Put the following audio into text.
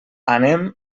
anem